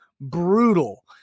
Brutal